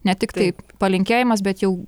ne tiktai palinkėjimas bet jau